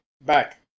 back